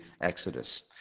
exodus